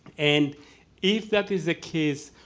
and if that is the case,